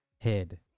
head